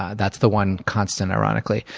ah that's the one constant, ironically.